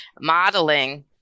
modeling